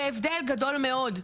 זה הבדל גדול מאוד.